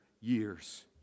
years